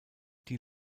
die